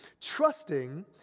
trusting